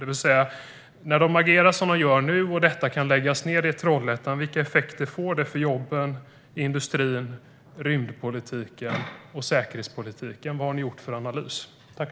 När regeringen agerar som den nu gör och detta kan läggas ned i Trollhättan, vilka effekter får det för jobben, industrin, rymdpolitiken och säkerhetspolitiken? Vad har ni gjort för analys, ministern?